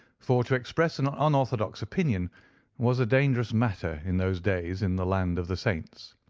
for to express an unorthodox opinion was a dangerous matter in those days in the land of the saints.